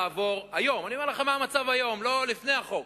היום, אני אומר לכם מה המצב היום, לפני החוק.